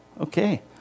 Okay